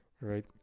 Right